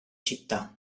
città